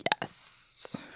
yes